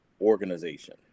organization